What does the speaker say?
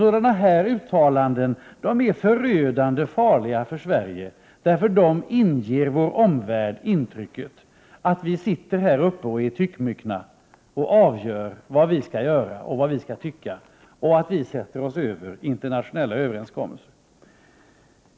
Sådana uttalanden är förödande farliga för Sverige. De inger vår omvärld intrycket att vi här uppe är tyckmyckna och att vi sätter oss över internationella överenskommelser.